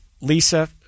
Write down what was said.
Lisa